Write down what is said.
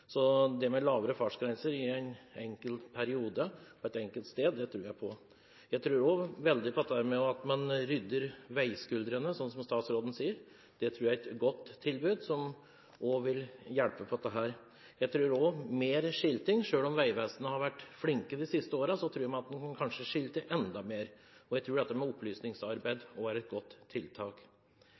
så lavere fartsgrenser i en bestemt periode et bestemt sted, tror jeg på. Jeg tror også veldig på å rydde veiskuldrene, sånn som statsråden sier. Det tror jeg er et godt tiltak som også vil hjelpe på dette. Jeg tror også på mer skilting. Selv om Vegvesenet har vært flinke de siste årene, tror jeg at de kan skilte enda mer. Jeg tror opplysningsarbeid også er et godt tiltak.